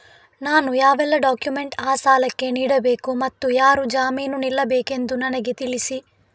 ನಾನು ಯಾವೆಲ್ಲ ಡಾಕ್ಯುಮೆಂಟ್ ಆ ಸಾಲಕ್ಕೆ ನೀಡಬೇಕು ಮತ್ತು ಯಾರು ಜಾಮೀನು ನಿಲ್ಲಬೇಕೆಂದು ನನಗೆ ತಿಳಿಸಿ?